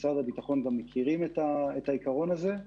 משרד הביטחון גם מכירים את העיקרון הזה.